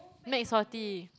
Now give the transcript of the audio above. max forty